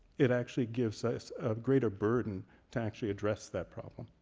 it actually gives us a greater burden to actually address that problem.